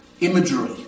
imagery